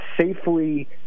safely